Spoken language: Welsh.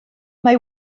mae